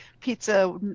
pizza